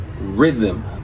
rhythm